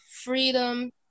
freedom